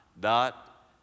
dot